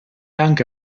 anche